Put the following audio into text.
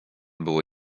było